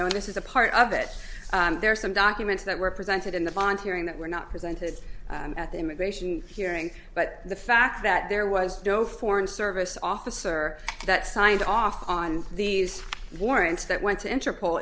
know this is a part of it there are some documents that were presented in the bond hearing that were not presented at the immigration hearing but the fact that there was no foreign service officer that signed off on these warrants that went to interpol